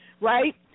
Right